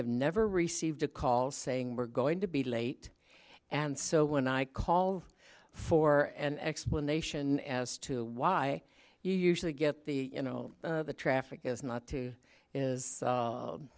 have never received a call saying we're going to be late and so when i call for an explanation as to why you usually get the you know the traffic is not too is